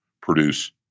produce